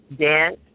dance